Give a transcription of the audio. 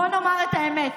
בואו נאמר את האמת: